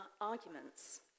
arguments